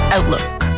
Outlook